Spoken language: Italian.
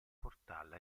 portarla